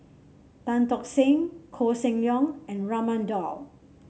Tan Tock Seng Koh Seng Leong and Raman Daud